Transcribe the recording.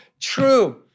true